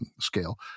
scale